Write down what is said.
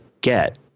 get